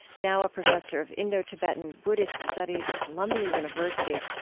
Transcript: now a professor of indo-tibetan buddhist studies at columbia university,